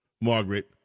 Margaret